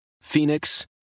Phoenix